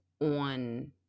on